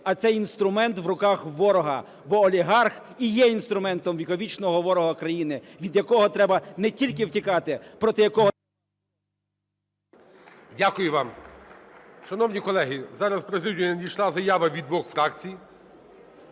а цей інструмент в руках ворога, бо олігарх і є інструментом віковічного ворога країни, від якого треба не тільки втікати, проти якого…. ГОЛОВУЮЧИЙ. Дякую вам. Шановні колеги, зараз в президію надійшла заява від двох фракцій: